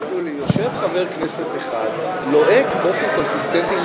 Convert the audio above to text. חברי הכנסת, שימו לב לשינויים